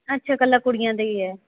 ਅੱਛਾ ਇਕੱਲਾ ਕੁੜੀਆਂ ਦਾ ਹੀ ਹੈ